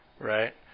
right